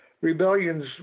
rebellions